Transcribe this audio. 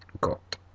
got